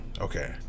Okay